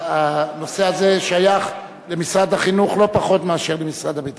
הנושא הזה שייך למשרד החינוך לא פחות מאשר למשרד הביטחון.